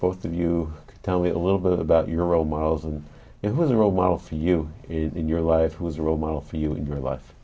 both of you tell me a little bit about your role models and it was a role model for you in your life was a role model for you in your life